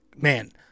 man